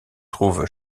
trouve